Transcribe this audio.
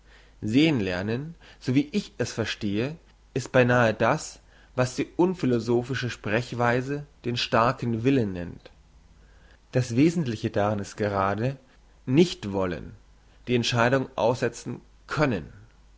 sehen lernen so wie ich es verstehe ist beinahe das was die unphilosophische sprechweise den starken willen nennt das wesentliche daran ist gerade nicht wollen die entscheidung aussetzen können